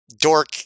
dork